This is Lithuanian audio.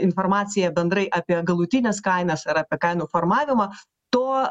informacija bendrai apie galutines kainas ir apie kainų formavimą to